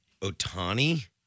Otani